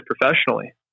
professionally